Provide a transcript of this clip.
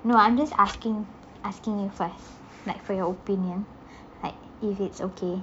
no I'm just asking asking you first like for your opinion like if it's okay